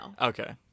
Okay